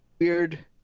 weird